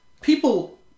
people